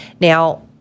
Now